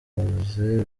buvuzi